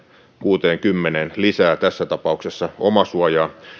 kuuteenkymmeneen lisää tässä tapauksessa omasuojaa